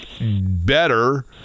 better